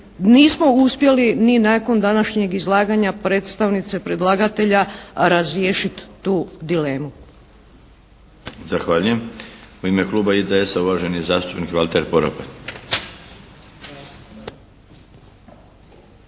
nismo uspjeli ni nakon današnjeg izlaganja predstavnice predlagatelja razriješiti tu dilemu. **Milinović, Darko (HDZ)** Zahvaljujem. U ime Kluba IDS-a uvaženi zastupnik Valter Poropat.